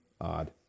odd